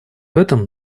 этом